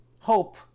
hope